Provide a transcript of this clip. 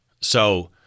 So-